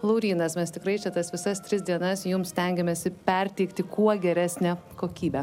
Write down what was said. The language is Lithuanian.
laurynas mes tikrai čia tas visas tris dienas jums stengėmės perteikti kuo geresnę kokybę